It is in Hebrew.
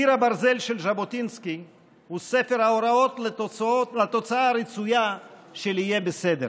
קיר הברזל של ז'בוטינסקי הוא ספר ההוראות לתוצאה הרצויה של "יהיה בסדר"